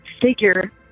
figure